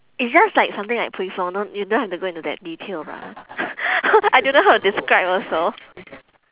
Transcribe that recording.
it's just like something like pui fong no you don't have to go into that details ah I don't know how to describe also